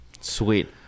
sweet